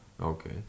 Okay